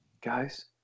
Guys